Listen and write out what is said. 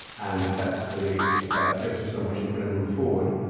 and if that's the the basis on which we're going to move forward,